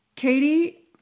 Katie